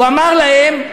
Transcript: הוא אמר להם: